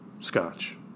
scotch